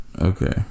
Okay